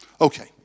Okay